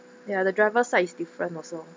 ya the driver side is different also